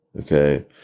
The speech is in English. okay